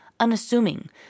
Unassuming